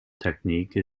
technique